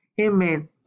Amen